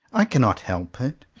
i cannot help it.